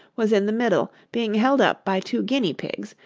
was in the middle, being held up by two guinea-pigs,